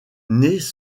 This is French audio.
nés